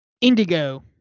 Indigo